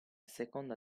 seconda